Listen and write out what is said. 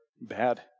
bad